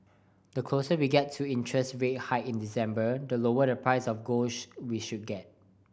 the closer we get to the interest rate hike in December the lower the price of gold we should get